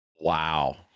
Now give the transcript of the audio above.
Wow